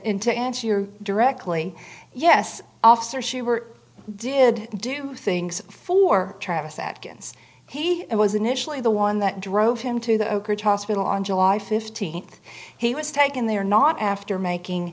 to answer your directly yes officer she were did do things for travis atkins he was initially the one that drove him to the oak ridge hospital on july th he was taken there not after making